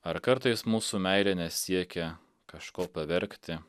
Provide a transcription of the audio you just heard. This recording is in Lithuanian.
ar kartais mūsų meilė nesiekia kažko pavergti